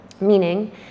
meaning